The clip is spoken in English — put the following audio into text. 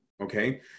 Okay